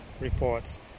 reports